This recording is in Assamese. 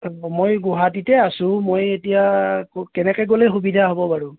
মই গুৱাহাটীতে আছোঁ মই এতিয়া কেনেকৈ গ'লে সুবিধা হ'ব বাৰু